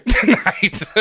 tonight